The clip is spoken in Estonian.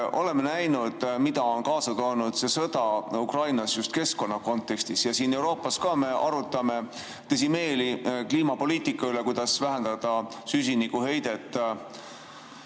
oleme näinud, mida on kaasa toonud see sõda Ukrainas just keskkonna kontekstis, ja Euroopas ka me arutame tõsimeeli kliimapoliitika üle, kuidas vähendada süsinikuheidet